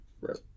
right